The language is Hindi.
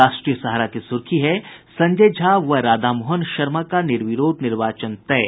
राष्ट्रीय सहारा की सुर्खी है संजय झा व राधामोहन शर्मा का निर्विरोध निर्वाचन तय